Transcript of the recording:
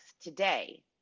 today